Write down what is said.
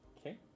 Okay